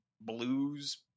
Blues